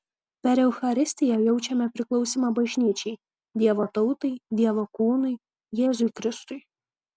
per eucharistiją jaučiame priklausymą bažnyčiai dievo tautai dievo kūnui jėzui kristui